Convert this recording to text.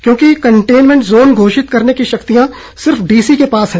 क्योंकि containment zone घोषित करने की शक्तियां सिर्फ डीसी के पास हैं